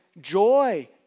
joy